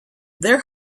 their